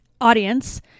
audience